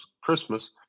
Christmas